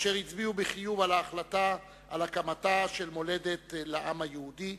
שהצביעו בחיוב על ההחלטה על הקמתה של מולדת לעם היהודי,